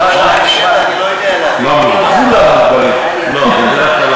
זו תקופת הביניים, אני לא יודע, כולם מוגבלים.